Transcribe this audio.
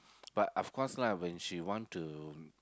but of course lah when she want to